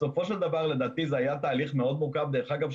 בסופו של דבר לדעתי זה היה בתהליך מאוד מורכב ודרך אגב,